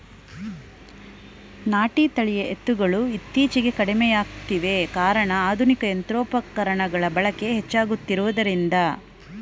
ನಾಟಿ ತಳಿಯ ಎತ್ತುಗಳು ಇತ್ತೀಚೆಗೆ ಕಡಿಮೆಯಾಗಿದೆ ಕಾರಣ ಆಧುನಿಕ ಯಂತ್ರೋಪಕರಣಗಳ ಬಳಕೆ ಹೆಚ್ಚಾಗುತ್ತಿರುವುದರಿಂದ